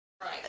Right